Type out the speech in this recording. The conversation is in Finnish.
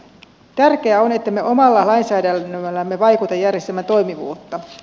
tärkeää on ettemme omalla lainsäädännöllämme vaikeuta järjestelmän toimivuutta